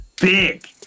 big